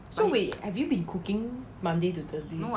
so wait have you been cooking monday to thursday